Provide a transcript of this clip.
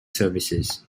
services